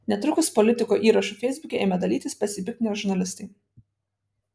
netrukus politiko įrašu feisbuke ėmė dalytis pasipiktinę žurnalistai